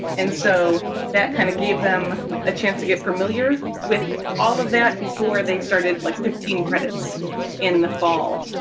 and so that kind of gave them a chance to get familiar with all of that before they started, like, fifteen credits in the fall.